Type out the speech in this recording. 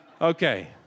Okay